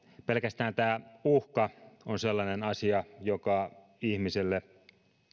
pelkästään tämä uhka on sellainen asia joka ihmiselle